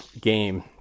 game